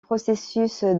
processus